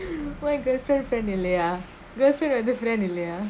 my girlfriend friend இல்லயா:illayaa girlfriend வந்து:vanthu friend இல்லயா:illayaa